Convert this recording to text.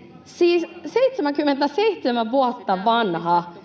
on vuodelta 1946.